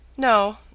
No